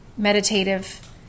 Meditative